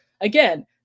Again